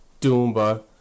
Dumba